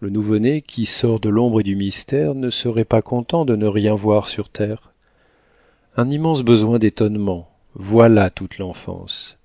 le nouveau-né qui sort de l'ombre et du mystère ne serait pas content de ne rien voir sur terre un immense besoin d'étonnement voilà toute l'enfance